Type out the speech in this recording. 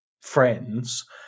friends